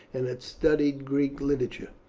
and had studied greek literature.